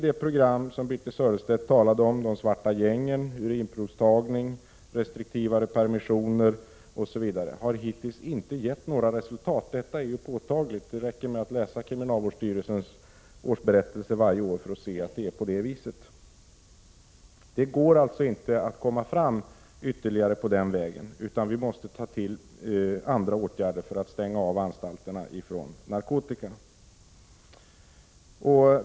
Det program som Birthe Sörestedt talade om — det svarta gänget, urinprovstagning, restriktivare permissioner osv. — har hittills inte gett något resultat. Detta är påtagligt. Det räcker att läsa kriminalvårdsstyrelsens årsberättelse varje år för att se att det är på det viset. Det går alltså inte att komma fram ytterligare på den vägen, utan vi måste ta till andra åtgärder för att stänga anstalterna för narkotika.